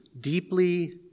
deeply